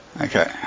Okay